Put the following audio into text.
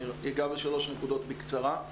אני אגע בשלוש נקודות בקצרה.